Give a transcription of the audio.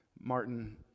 Martin